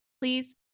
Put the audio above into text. Please